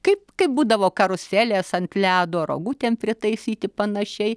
kaip kaip būdavo karuselės ant ledo rogutėm pritaisyti panašiai